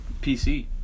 PC